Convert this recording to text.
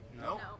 No